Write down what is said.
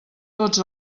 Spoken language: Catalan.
tots